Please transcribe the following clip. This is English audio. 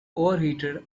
overheated